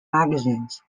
magazines